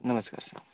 नमस्कार सर